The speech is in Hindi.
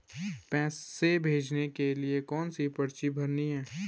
पैसे भेजने के लिए कौनसी पर्ची भरनी है?